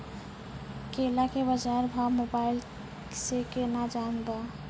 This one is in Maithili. केला के बाजार भाव मोबाइल से के ना जान ब?